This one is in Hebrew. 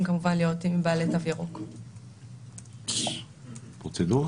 שכרגע אין תוכנית סיוע לרגע זה בהינתן --- לכל הענף,